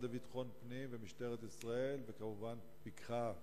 לביטחון פנים ומשטרת ישראל וכמובן פיקחה,